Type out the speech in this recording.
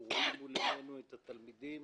אנחנו רואים מול עינינו את התלמידים